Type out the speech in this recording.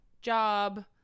job